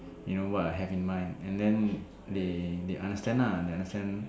you know what I have in mind and then they they understand lah they understand